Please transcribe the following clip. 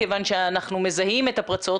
כיוון שאנחנו מזהים את הפרצות,